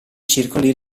circoli